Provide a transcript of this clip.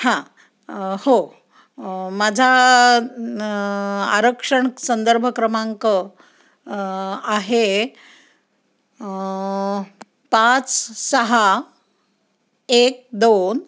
हां हो माझा आरक्षण संदर्भ क्रमांक आहे पाच स सहा एक दोन